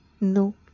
No